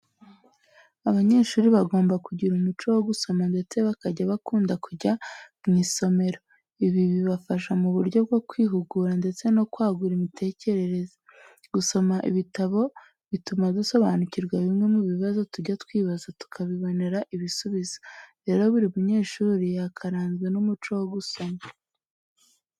Abanyeshuri bagomba kugira umuco wo gusoma ndetse bakajya bakunda kujya mu isomero. Ibi bibafasha mu buryo bwo kwihugura ndetse no kwagura imitekerereza. Gusoma ibitabo bituma dusobanukirwa bimwe mu bibazo tujya twibaza tukabibonera ibisubizo. Rero, buri munyeshuri yakaranzwe n'umuco wo gusoma.